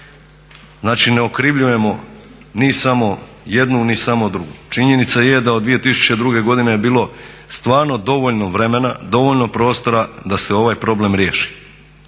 znači ne okrivljujemo ni samo jednu ni samo drugu. Činjenica je da od 2020.je bilo stvarno dovoljno vremena, dovoljno prostora da se ovaj problem riješi.